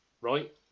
Right